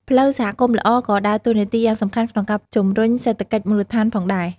ផ្លូវសហគមន៍ល្អក៏ដើរតួនាទីយ៉ាងសំខាន់ក្នុងការជំរុញសេដ្ឋកិច្ចមូលដ្ឋានផងដែរ។